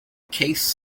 case